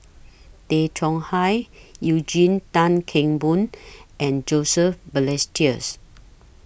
Tay Chong Hai Eugene Tan Kheng Boon and Joseph Balestier